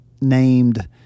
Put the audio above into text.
named